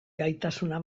gaitasuna